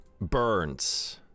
burns